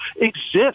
exist